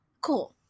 cool